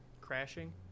crashing